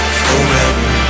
forever